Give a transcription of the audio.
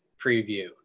preview